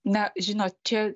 na žinot čia